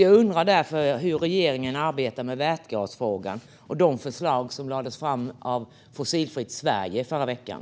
Jag undrar därför hur regeringen arbetar med vätgasfrågan och de förslag som lades fram av Fossilfritt Sverige förra veckan.